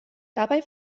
dabei